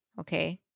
okay